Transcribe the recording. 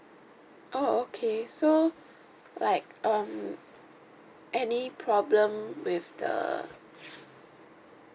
oh okay so like um any problem with the